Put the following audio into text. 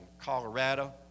Colorado